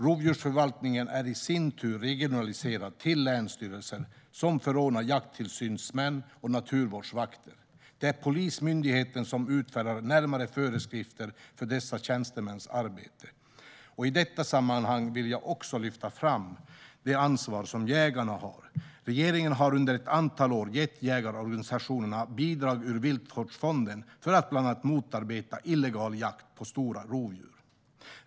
Rovdjursförvaltningen är i sin tur regionaliserad till länsstyrelser, som förordnar jakttillsynsmän och naturvårdsvakter. Det är Polismyndigheten som utfärdar närmare föreskrifter för dessa tjänstemäns arbete. I detta sammanhang vill jag också lyfta fram det ansvar jägarna har. Regeringen har under ett antal år gett jägarorganisationerna bidrag ur viltvårdsfonden för att bland annat motarbeta illegal jakt på stora rovdjur.